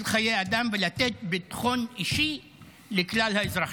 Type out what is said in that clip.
חיי אדם ולתת ביטחון אישי לכלל האזרחים.